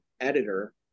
editor